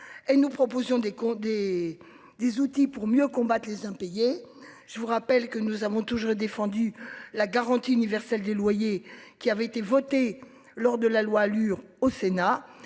des cons des des outils pour mieux combattre les impayés. Je vous rappelle que nous avons toujours défendu la garantie universelle des loyers qui avait été voté lors de la loi allure au Sénat